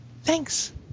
Thanks